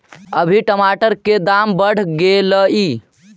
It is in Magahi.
अभी टमाटर के दाम बढ़ गेलइ